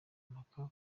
mpaka